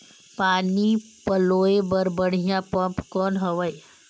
पानी पलोय बर बढ़िया पम्प कौन हवय?